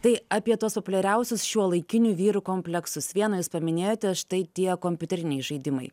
tai apie tuos populiariausius šiuolaikinių vyrų kompleksus vieną jūs paminėjote štai tie kompiuteriniai žaidimai